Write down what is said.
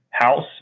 house